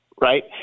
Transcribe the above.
right